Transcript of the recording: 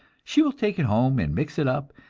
she will take it home, and mix it up,